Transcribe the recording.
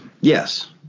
Yes